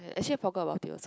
actually I forgot about it also